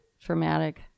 traumatic